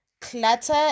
clutter